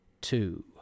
two